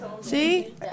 See